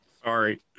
Sorry